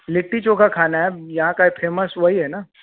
लिट्टी चोखा खाना है यहाँ का फेमस वही है ना